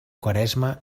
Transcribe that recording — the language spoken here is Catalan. quaresma